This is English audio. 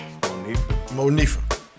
Monifa